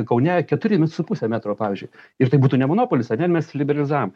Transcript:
kaune keturi nu su puse metro pavyzdžiui ir tai būtų ne monopolis ar ne mes liberalizavom